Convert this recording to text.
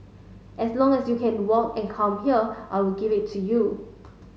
as long as you can walk and come here I will give it to you